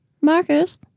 Marcus